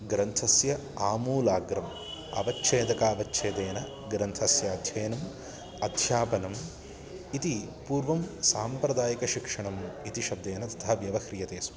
ग्रन्थस्य आमूलाग्रम् अवच्छेदकावच्छेदेन ग्रन्थस्य अध्ययनम् अध्यापनम् इति पूर्वं साम्प्रदायिकशिक्षणम् इति शब्देन तथा व्यवह्रियते स्म